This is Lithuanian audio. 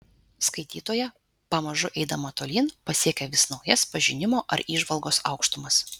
skaitytoja pamažu eidama tolyn pasiekia vis naujas pažinimo ar įžvalgos aukštumas